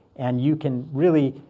and you can really,